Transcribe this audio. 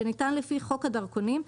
שניתן לפי חוק הדרכונים,